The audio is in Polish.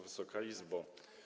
Wysoka Izbo!